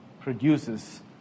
produces